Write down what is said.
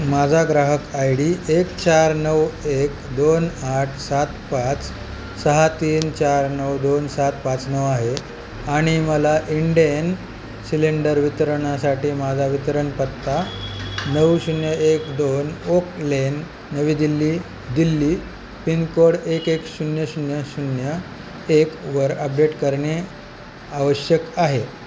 माझा ग्राहक I D एक चार नऊ एक दोन आठ सात पाच सहा तीन चार नऊ दोन सात पाच नऊ आहे आणि मला इंडेन सिलेंडर वितरणासाठी माझा वितरण पत्ता नऊ शून्य एक दोन ओक लेन नवी दिल्ली दिल्ली पिनकोड एक एक शून्य शून्य शून्य एकवर अपडेट करणे आवश्यक आहे